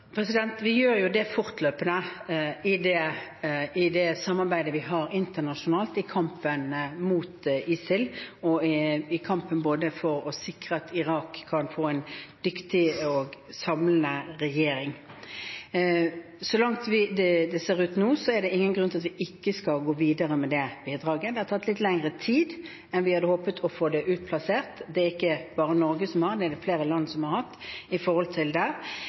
Vi gjør det fortløpende i det samarbeidet vi har internasjonalt i kampen mot ISIL og i kampen for å sikre at Irak kan få en dyktig og samlende regjering. Slik det ser ut nå, er det ingen grunn til at vi ikke skal gå videre med det bidraget. Det har tatt litt lengre tid enn vi hadde håpet å få det utplassert – det er det ikke bare Norge som har, det er det flere land som har. Noe av det vi må være tydelige på overfor den irakiske hæren, er nettopp det